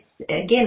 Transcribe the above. again